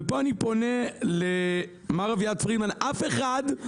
ופה אני פונה למר אביעד פרידמן לא